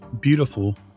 beautiful